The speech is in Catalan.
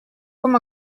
com